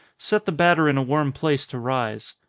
set the batter in a warm place to rise.